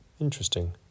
Interesting